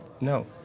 No